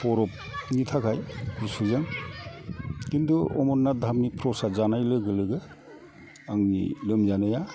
बरफनि थाखाय गुसुजों खिन्थु अमरनाथ धामनि फ्रसाद जानाय लोगो लोगो आंनि लोमजानाया